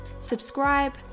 subscribe